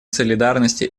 солидарности